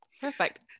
Perfect